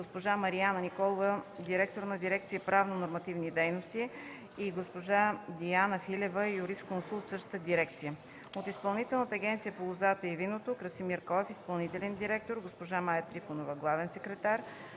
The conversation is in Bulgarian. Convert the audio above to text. госпожа Марияна Николова – директор на дирекция „Правно-нормативни дейности“, и госпожа Диана Филева –юрисконсулт в същата дирекция. От Изпълнителната агенция по лозата и виното: Красимир Коев – изпълнителен директор, госпожа Мая Трифонова – главен секретар,